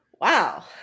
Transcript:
Wow